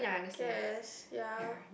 guess ya